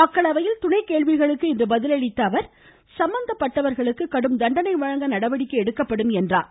மக்களவையில் துணைக் கேள்விகளுக்கு இன்று பதிலளித்த அவர் சம்பந்தப்பட்டவர்களுக்கு கடும் தண்டனை வழங்க நடவடிக்கை எடுக்கப்படும் என்றார்